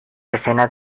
escenas